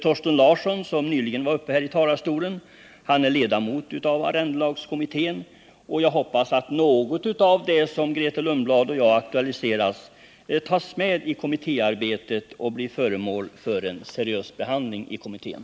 Thorsten Larsson, som nyligen var uppe i talarstolen, är ledamot av arrendelagskommittén. Till honom vill jag säga att jag hoppas att något av det som Grethe Lundblad och jag har aktualiserat tas med i kommittéarbetet och blir föremål för en seriös behandling i kommittén.